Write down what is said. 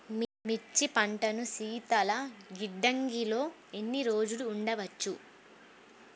మిర్చి పంటను శీతల గిడ్డంగిలో ఎన్ని రోజులు ఉంచవచ్చు?